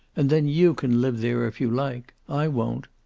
and then you can live there, if you like. i won't.